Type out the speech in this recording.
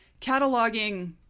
Cataloging